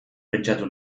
pentsatu